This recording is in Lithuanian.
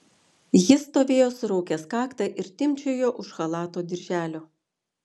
jis stovėjo suraukęs kaktą ir timpčiojo už chalato dirželio